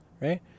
right